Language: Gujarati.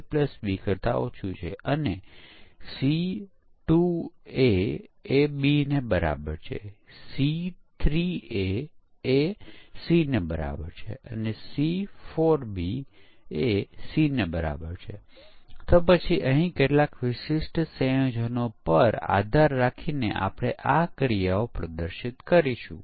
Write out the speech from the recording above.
તે વોટરફોલ મોડેલનો એક પ્રકાર છે પરંતુ તે પ્રારંભિક મોડલ્સમાંનું એક છે જેમાં ચકાસણી અને વેલિડેશન આખા વિકાસના ચક્રમાં કરવી જોઇયે તેવું દર્શવાયું છે